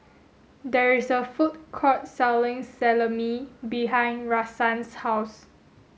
there is a food court selling Salami behind Rahsaan's house